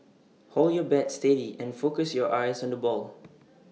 hold your bat steady and focus your eyes on the ball